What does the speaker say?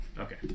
Okay